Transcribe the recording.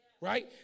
right